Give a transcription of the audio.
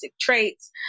traits